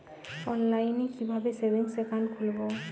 অনলাইনে কিভাবে savings account খুলবো?